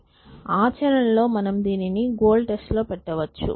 ఆచరణలో మనం దీనిని గోల్ టెస్ట్ లో పెట్టవచ్చు